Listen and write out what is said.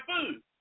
food